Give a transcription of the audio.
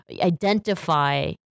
identify